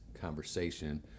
conversation